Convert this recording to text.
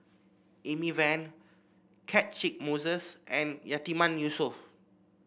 Amy Van Catchick Moses and Yatiman Yusof